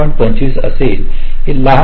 75 असेल हे लहान आहे